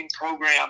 program